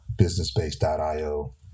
BusinessBase.io